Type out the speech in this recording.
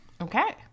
Okay